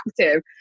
active